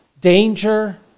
danger